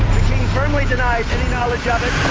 firmly denies any knowledge of it.